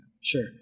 sure